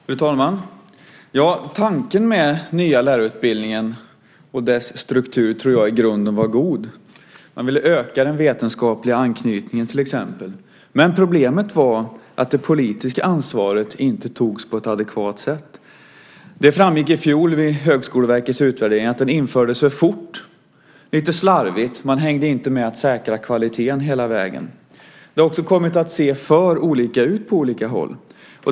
Fru talman! Tanken med den nya lärarutbildningen och dess struktur tror jag i grunden var god. Man ville öka den vetenskapliga anknytningen till exempel. Men problemet var att det politiska ansvaret inte togs på ett adekvat sätt. Det framgick i fjol vid Högskoleverkets utvärdering att den infördes för fort och lite slarvigt. Man hängde inte med när det gällde att säkra kvaliteten hela vägen. Det ser också för olika ut på olika håll.